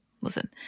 Listen